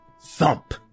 Thump